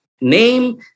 Name